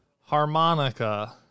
Harmonica